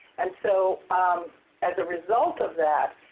and so um as a result of that,